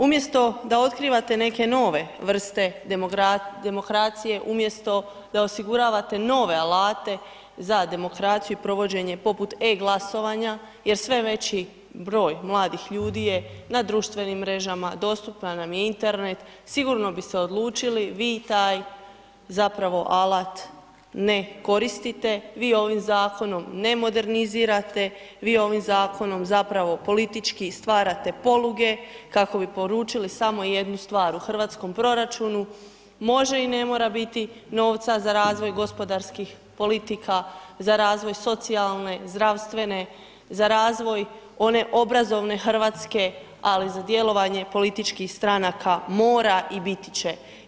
Umjesto da otkrivate neke nove vrste demokracije, umjesto da osiguravate nove alate za demokraciju i provođenje poput e-glasovanja jer sve veći broj mladih ljudi je na društvenim mrežama, dostupan nam je Internet, sigurno bi se odlučili, vi taj zapravo alat ne koristite vi ovim zakonom ne modernizirate, vi ovim zakonom zapravo politički stvarate poluge kako bi poručili samo jednu stvar, u hrvatskom proračunu može i ne mora biti novca za razvoj gospodarskih politika, za razvoj socijalne, zdravstvene, za razvoj one obrazovne hrvatske, ali za djelovanje političkih stranaka, mora i biti će.